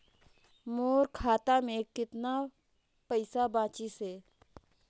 मोर खाता मे कतना पइसा बाचिस हे?